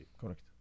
Correct